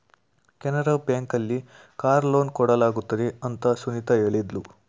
Canara bank ಅಲ್ಲಿ car loan ಕೊಡಲಾಗುತ್ತದೆ ಅಂತ ಸುನಿತಾ ಹೇಳಿದ್ಲು